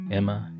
Emma